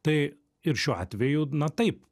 tai ir šiuo atveju na taip